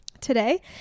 today